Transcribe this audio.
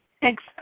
Thanks